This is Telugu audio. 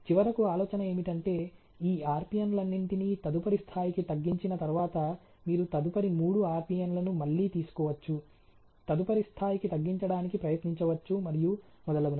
చివరకు ఆలోచన ఏమిటంటే ఈ RPN లన్నింటినీ తదుపరి స్థాయికి తగ్గించిన తర్వాత మీరు తదుపరి మూడు RPN లను మళ్ళీ తీసుకోవచ్చు తదుపరి స్థాయికి తగ్గించడానికి ప్రయత్నించవచ్చు మరియు మొదలగునవి